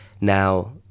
Now